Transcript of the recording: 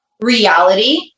reality